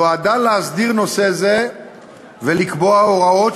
נועדה להסדיר נושא זה ולקבוע הוראות